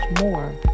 more